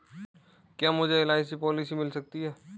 क्या मुझे LIC policy मिल सकती है?